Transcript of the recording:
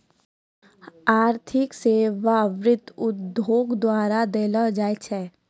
आर्थिक सेबा वित्त उद्योगो द्वारा देलो जाय छै